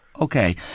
Okay